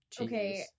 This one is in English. okay